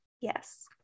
yes